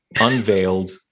unveiled